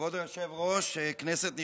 כבוד היושב-ראש, כנסת נכבדה,